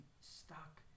stuck